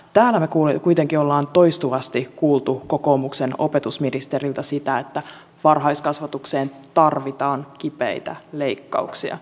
täällä me kuitenkin olemme toistuvasti kuulleet kokoomuksen opetusministeriltä sitä että varhaiskasvatukseen tarvitaan kipeitä leikkauksia